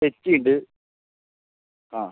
തെച്ചിയുണ്ട് ആ